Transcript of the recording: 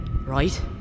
right